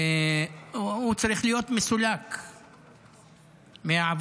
הוא צריך להיות מסולק מהעבודה,